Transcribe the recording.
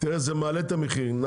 זה מעלה את המחירים.